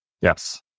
Yes